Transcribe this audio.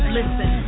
Listen